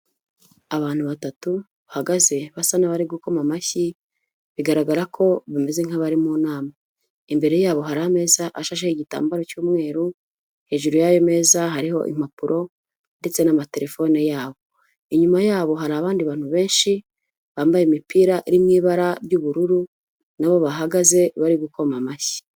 Abantu batatu bahagaze basa n'abari gukoma amashyi bigaragara ko bameze nk'abari mu nama imbere yabo hari ameza ashasheho igitambaro cy'umweru hejuru y'ameza hariho impapuro ndetse n'amatelefone yabo inyuma yabo hari abandi bantu benshi bambaye imipira iri mu ibara ry'ubururu nabo bahagaze bari gukoma amashyi.